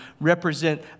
represent